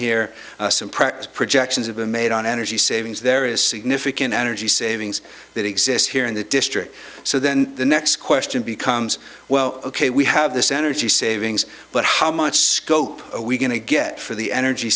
practice projections have been made on energy savings there is significant energy savings that exist here in the district so then the next question becomes well ok we have this energy savings but how much scope we're going to get for the energy